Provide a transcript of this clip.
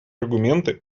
аргументы